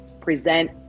present